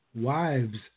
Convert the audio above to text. wives